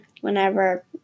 whenever